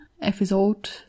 episode